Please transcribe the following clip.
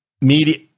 media